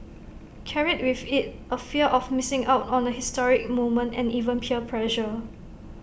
carried with IT A fear of missing out on A historic moment and even peer pressure